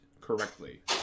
correctly